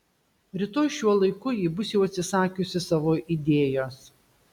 rytoj šiuo laiku ji bus jau atsisakiusi savo idėjos